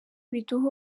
biduha